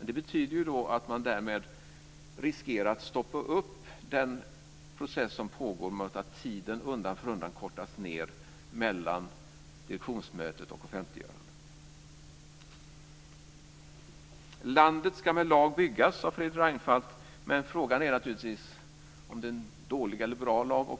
Det betyder att man därmed riskerar att stoppa upp den process som pågår mot att tiden mellan direktionsmötet och offentliggörandet undan för undan kortas ned. Landet ska med lag byggas, sade Fredrik Reinfeldt. Men frågan är naturligtvis om det är en dålig eller bra lag,